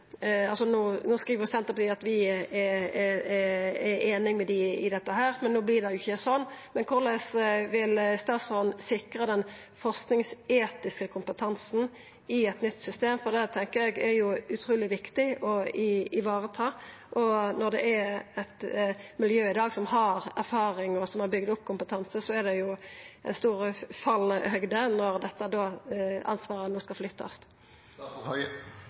vi er einig med dei i dette. No vert det ikkje sånn, men korleis vil statsråden sikra den forskingsetiske kompetansen i eit nytt system? Det tenkjer eg er utruleg viktig å vareta, og når det er eit miljø i dag som har erfaring, og som har bygd opp kompetanse, er det stor fallhøgde når dette ansvaret no skal flyttast.